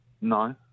No